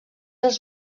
els